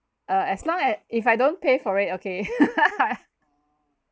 uh as long as if I don't pay for it okay